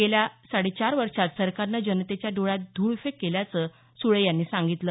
गेल्या साडे चार वर्षांत सरकारनं जनतेच्या डोळ्यात धूळफेक केल्याचं सुळे म्हणाल्या